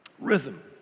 Rhythm